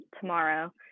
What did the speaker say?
tomorrow